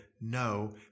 no